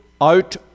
out